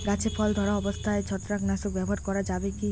গাছে ফল ধরা অবস্থায় ছত্রাকনাশক ব্যবহার করা যাবে কী?